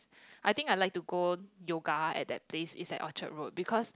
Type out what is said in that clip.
I think I like to go yoga at that place is at Orchard-Road because